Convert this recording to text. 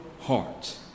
heart